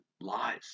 lies